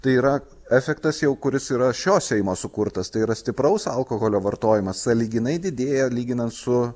tai yra efektas jau kuris yra šio seimo sukurtas tai yra stipraus alkoholio vartojimas sąlyginai didėja lyginant su